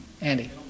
Andy